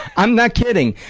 i'm not kidding.